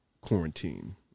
quarantine